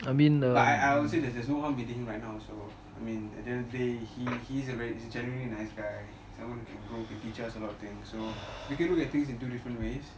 but I I I would say there is no harm meeting him right now so I mean at the end of the day he he's a genuine nice guy someone who can grow teach us a lot of things so we can look at this in two different ways